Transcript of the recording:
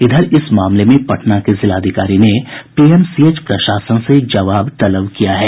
इधर इस मामले में पटना के जिलाधिकारी ने पीएमसीएच प्रशासन से जवाब तलब किया है